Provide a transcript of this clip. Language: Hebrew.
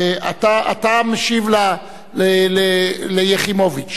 ואתה משיב ליחימוביץ.